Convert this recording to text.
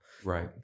Right